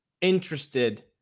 interested